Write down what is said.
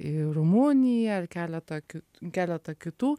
į rumuniją ir keletą ki keletą kitų